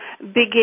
begin